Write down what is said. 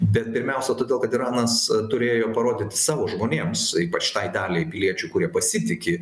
bet pirmiausia todėl kad iranas turėjo parodyti savo žmonėms ypač tai daliai piliečių kurie pasitiki